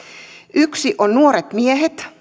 yksi on nuoret miehet